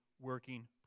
working